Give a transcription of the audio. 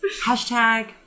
Hashtag